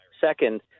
Second